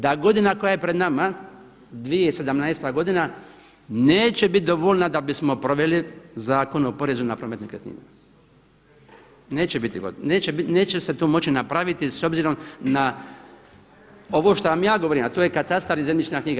Da godina koja je pred nama 2017. godina neće biti dovoljna da bismo proveli Zakon o porezu na promet nekretnina, neće biti, neće se tu moći napraviti s obzirom na ovo što vam ja govorim a to je katastar i zemljišna knjiga.